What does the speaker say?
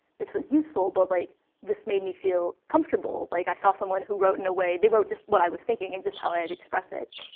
this was useful, but like this made me feel comfortable. like, i saw someone who wrote in a way they wrote just what i was thinking and just how i'd express it.